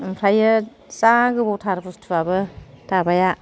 ओमफ्रायो जा गोबौथार बुस्थुवाबो दाबाया